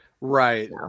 right